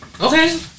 Okay